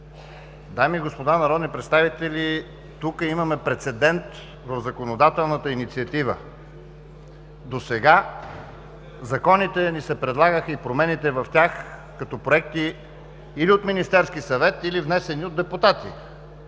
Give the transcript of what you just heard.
Дами и господа народни представители, тук имаме прецедент в законодателната инициатива. Досега законите и промените в тях ни се предлагаха като проекти или от Министерския съвет, или внесени от депутати.